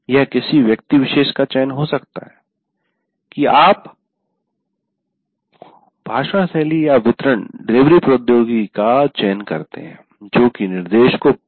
यह किसी व्यक्ति विशेष का चयन हो सकता है कि आप भाषणशैली वितरण डिलीवरी प्रोद्योगिकी का चयन करते हैं जो की निर्देश को बहुत प्रभावित करेगा